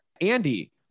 Andy